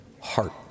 heart